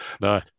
no